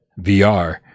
VR